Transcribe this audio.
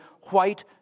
white